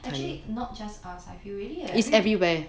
actually not just us I feel really eh